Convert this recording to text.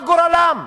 מה גורלם?